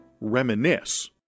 reminisce